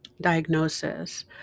diagnosis